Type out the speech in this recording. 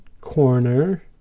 corner